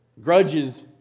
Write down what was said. grudges